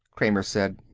kramer said.